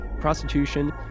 prostitution